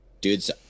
Dude's